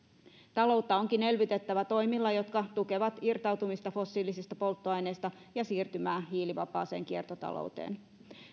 taloutta onkin elvytettävä toimilla jotka tukevat irtautumista fossiilisista polttoaineista ja siirtymää hiilivapaaseen kiertotalouteen